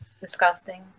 Disgusting